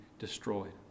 destroyed